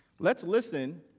let's listen